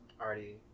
already